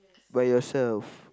by yourself